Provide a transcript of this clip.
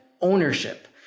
ownership